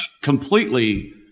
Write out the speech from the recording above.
completely